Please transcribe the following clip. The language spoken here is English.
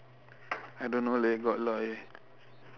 I don't know leh got a lot eh